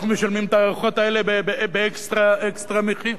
אנחנו משלמים את הארוחות האלה באקסטרה-אקסטרה מחיר.